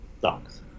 Sucks